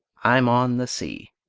i'm on the sea,